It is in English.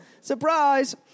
Surprise